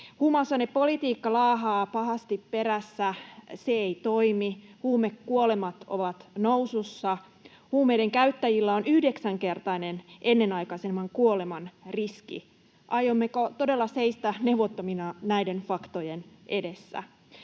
Huumausainepolitiikka laahaa pahasti perässä, se ei toimi. Huumekuolemat ovat nousussa. Huumeiden käyttäjillä on yhdeksänkertainen ennenaikaisen kuoleman riski. Aiommeko todella seistä neuvottomina näiden faktojen edessä?